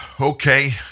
Okay